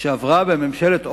שעברה בממשלת אולמרט,